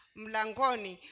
mlangoni